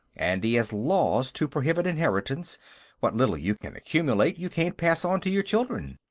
and he has laws to prohibit inheritance what little you can accumulate, you can't pass on to your children.